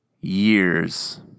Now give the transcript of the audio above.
years